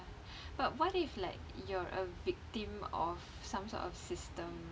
but what if like you're a victim of some sort of system